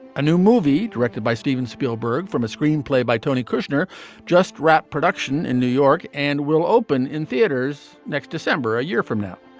a new movie directed by steven spielberg. from a screenplay by tony kushner just wrap production in new york and will open in theaters next december a year from now.